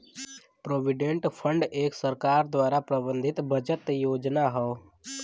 provident fund एक सरकार द्वारा प्रबंधित बचत योजना हौ